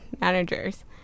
managers